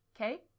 okay